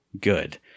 good